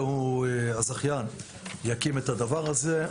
הזכיין יקים את הדבר הזה.